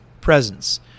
presence